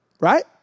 right